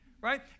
Right